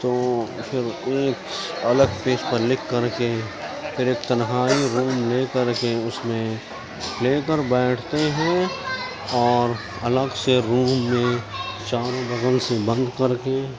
تو پھر ایک الگ پیج پر لکھ کر کے پھر ایک تنہائی روم لے کر کے اس میں لے کر بیٹھتے ہیں اور الگ سے روم میں چاروں بغل سے بند کر کے